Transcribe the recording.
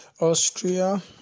Austria